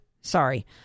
Sorry